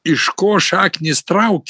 iš ko šaknys trauk